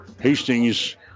Hastings